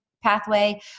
Pathway